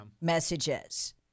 messages